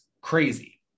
crazy